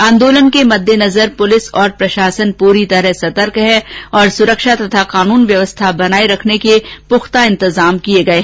आन्दोलन के मददेनजर पुलिस और प्रशासन पूरी तरह सतर्क हैं और सुरक्षा एवं कानून व्यवस्था बनाये रखने के लिए पुख्ता इंतजाम किये गये